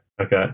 Okay